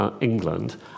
England